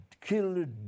killed